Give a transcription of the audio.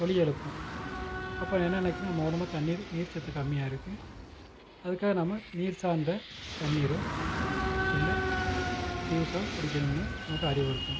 ஒழியெலுப்பும் அப்போ நான் என்ன நினைக்கிறேன் நம்ம உடம்புல தண்ணீர் நீர்ச்சத்து கம்மியாக இருக்குது அதுக்காக நம்ம நீர் சார்ந்த தண்ணிரோ இல்லை ஜூஸ்ஸோ குடிக்கணும்னு நமக்கு அறிவுறுத்தும்